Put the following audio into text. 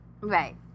Right